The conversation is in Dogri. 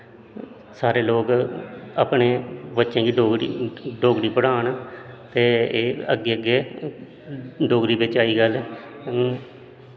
जियां सारे लोग अपनोें बच्चें गी डोगरी पढ़ान ते एह् अग्गें अग्गें डोगरी बिच्च